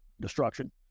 destruction